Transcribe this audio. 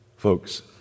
Folks